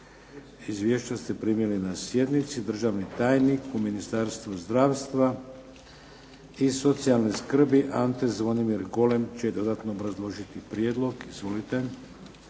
Izvješća ste primili na sjednici. Državni tajnik u Ministarstvu zdravstva i socijalne skrbi Ante Zvonimir Golem će dodatno obrazložiti prijedlog. Izvolite.